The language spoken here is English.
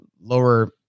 lower